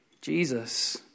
Jesus